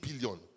billion